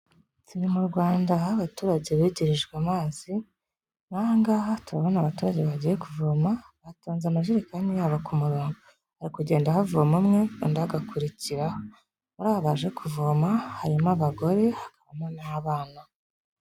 Turi mu Rwanda aho abaturage begerejwe amazi, ahangaha turabona abaturage bagiye kuvoma, batonze amajerekani yabo ku murongo. Hari kugenda havoma umwe undi agakurikiraho. Muri aba baje kuvoma, harimo abagore hakabamo n'abana.